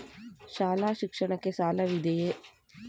ಶಾಲಾ ಶಿಕ್ಷಣಕ್ಕೆ ಸಾಲವಿದೆಯೇ?